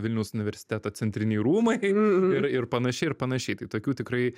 vilniaus universiteto centriniai rūmai ir ir panašiai ir panašiai tai tokių tikrai